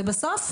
ובסוף,